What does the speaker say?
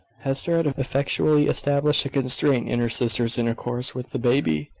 hester had effectually established a constraint in her sister's intercourse with the baby,